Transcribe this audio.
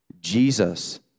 Jesus